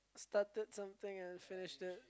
it started something I finished it